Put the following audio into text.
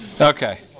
Okay